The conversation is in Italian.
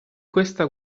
questa